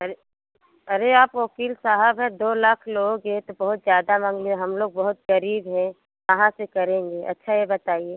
अरे अरे आप वकील साहब हैं दो लाख लोगे तो बहुत ज़्यादा मांग लिए हम लोग बहुत गरीब हैं कहाँ से करेंगे अच्छा ये बताइए